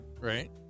Right